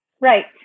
Right